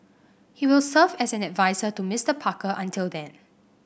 he will serve as an adviser to Mister Parker until then